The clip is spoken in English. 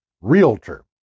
Realtor